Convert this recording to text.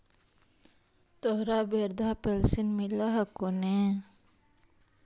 तोहरा वृद्धा पेंशन मिलहको ने?